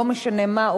לא משנה מה,